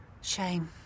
Shame